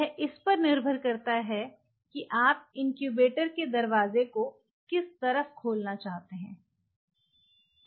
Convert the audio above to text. यह इस पर निर्भर करता है कि आप इनक्यूबेटर के दरवाजे को किस तरफ खोलना चाहते हैं